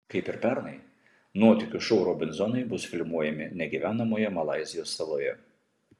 kaip ir pernai nuotykių šou robinzonai bus filmuojami negyvenamoje malaizijos saloje